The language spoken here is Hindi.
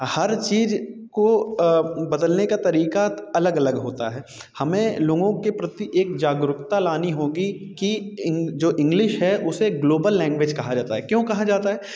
हर चीज को बदलने का तरीका अलग अलग होता है हमें लोगों के प्रति एक जागरुकता लानी होगी कि जो इंगलिश है उसे ग्लोबल लैंग्वेज कहा जाता है क्यों कहा जाता है